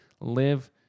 live